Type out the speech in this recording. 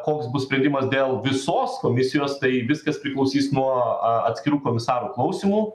koks bus sprendimas dėl visos komisijos tai viskas priklausys nuo atskirų komisarų klausymų